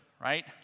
Right